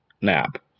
nap